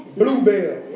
bluebell